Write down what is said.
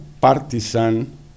partisan